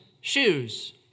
shoes